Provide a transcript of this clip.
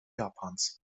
japans